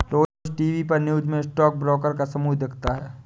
रोज TV पर news में stock broker का समूह दिखता है